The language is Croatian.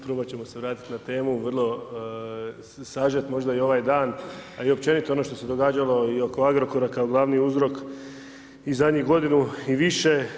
Probat ćemo se vratit na temu, vrlo sažet možda i ovaj dan, ali i općenito ono što se događalo i oko Agrokora kao glavni uzrok i zadnjih godinu i više.